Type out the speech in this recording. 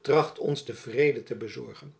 tracht ons den vrede te bezorgen